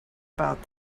about